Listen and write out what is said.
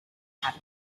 have